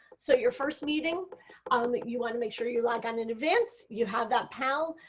so your first meeting ah like you want to make sure you log on in advance. you have that pal.